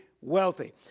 wealthy